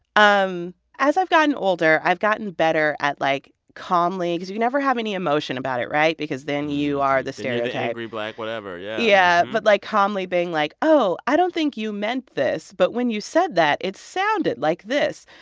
um as i've gotten older, i've gotten better at, like, calmly because you you never have any emotion about it, right? because then you are the stereotype angry black whatever. yeah yeah. but, like, calmly being like, oh, i don't think you meant this, but when you said that it sounded like this.